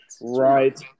Right